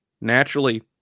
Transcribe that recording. naturally